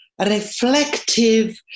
reflective